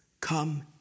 Come